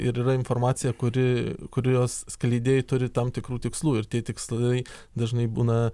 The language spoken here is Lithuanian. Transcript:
ir yra informacija kuri kurios skleidėjai turi tam tikrų tikslų ir tie tikslai dažnai būna